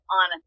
on